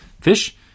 fish